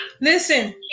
Listen